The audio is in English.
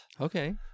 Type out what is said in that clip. Okay